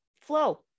flow